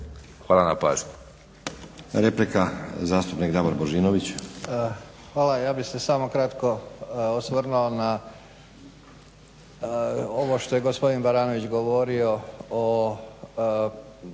Hvala na pažnji.